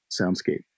soundscape